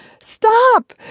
stop